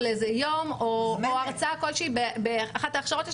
לאיזה יום או הרצאה כלשהי באחת ההכשרות על